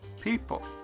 People